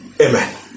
Amen